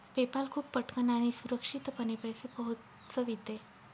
PayPal खूप पटकन आणि सुरक्षितपणे पैसे पोहोचविते